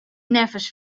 neffens